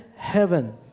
heaven